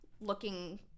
looking